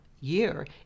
year